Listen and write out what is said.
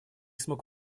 смог